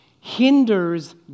hinders